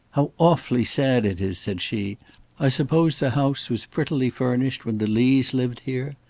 how awfully sad it is! said she i suppose the house was prettily furnished when the lees lived here?